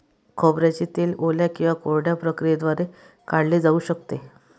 खोबऱ्याचे तेल ओल्या किंवा कोरड्या प्रक्रियेद्वारे काढले जाऊ शकते